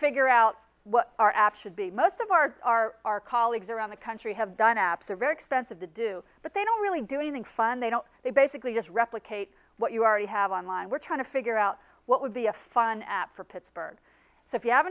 figure out what our app should be most of our our our colleagues around the country have done apps are very expensive to do but they don't really do anything fun they don't they basically just replicate what you already have online we're trying to figure out what would be a fun app for pittsburgh so if you have